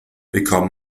became